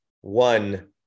One